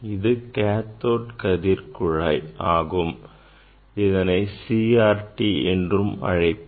இது கேதோட் கதிர் குழாய் ஆகும் இதனை CRT என்றும் அழைப்பர்